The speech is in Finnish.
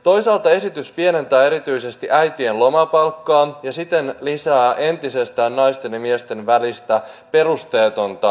toisaalta esitys pienentää erityisesti äitien lomapalkkaa ja siten lisää entisestään naisten ja miesten välistä perusteetonta palkkaeroa